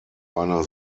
einer